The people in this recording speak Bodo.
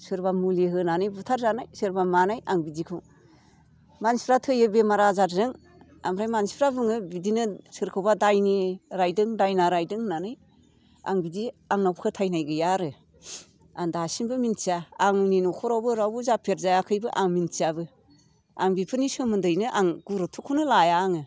सोरबा मुलि होनानै बुथारजानाय सोरबा मानाय आं बिदिखौ मानसिफ्रा थैयो बेमार आजारजों ओमफ्राय मानसिफ्रा बुङो बिदिनो सोरखौबा दायनि रायदों दायना रायदों होननानै आं बिदि आंनाव फोथायनाय गैया आरो आं दासिमबो मिन्थिया आंनि न'खरावबो रावबो जाफेर जायाखैबो आं मिन्थियाबो आं बेफोरनि सोमोन्दैनो आं गुरुथ'खौनो लाया आङो